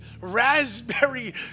raspberry